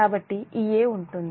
కాబట్టి Ea ఉంటుంది